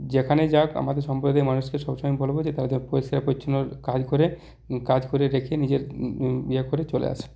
যেখানে যাক আমাদের সম্প্রদায়ের মানুষকে সমসময় বলবো যে তাদের পরিষ্কার পরিচ্ছন্ন কাজ করে কাজ করে রেখে নিজের করে চলে আসে